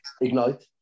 Ignite